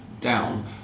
down